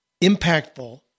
impactful